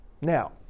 Now